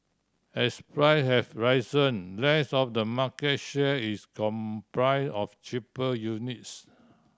as price have risen less of the market share is comprise of cheaper units